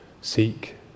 seek